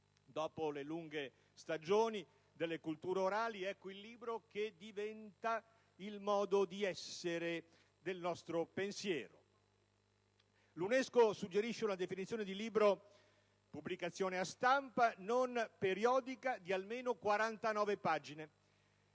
Dopo le lunghe stagioni delle culture orali, ecco il libro, che diventa il modo di essere del nostro pensiero. L'UNESCO suggerisce una definizione di libro quale «pubblicazione a stampa, non periodica, di almeno 49 pagine»,